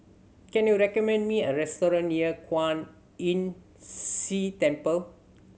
can you recommend me a restaurant near Kwan Imm See Temple